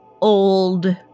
old